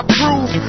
prove